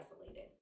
isolated